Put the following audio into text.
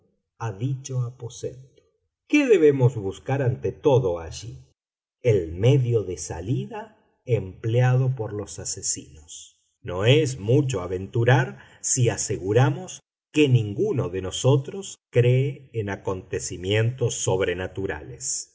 a dicho aposento qué debemos buscar ante todo allí el medio de salida empleado por los asesinos no es mucho aventurar si aseguramos que ninguno de nosotros cree en acontecimientos sobrenaturales